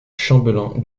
chambellan